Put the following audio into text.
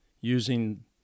using